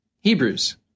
Hebrews